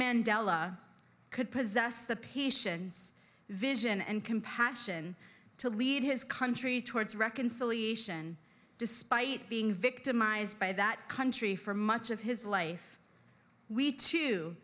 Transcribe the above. mandela could possess the patients vision and compassion to lead his country towards reconciliation despite being victimized by that country for much of his life we